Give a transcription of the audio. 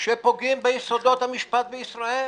שפוגעים ביסודות המשפט בישראל.